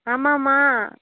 ஆமாம்மா